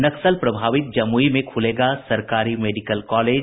नक्सल प्रभावित जमुई में खुलेगा सरकारी मेडिकल कॉलेज